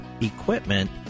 equipment